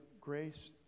grace